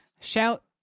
Shout